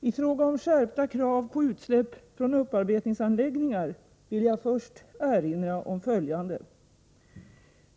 I fråga om skärpta krav på utsläpp från upparbetningsanläggningar vill jag först erinra om följande.